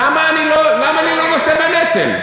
למה אני לא נושא בנטל?